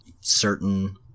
certain